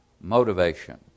motivation